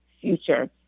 future